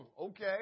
okay